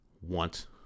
want